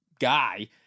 guy